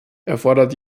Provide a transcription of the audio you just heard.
erfordert